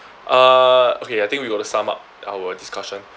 uh okay I think we got to sum up our discussion